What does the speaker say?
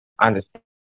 understand